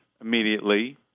immediately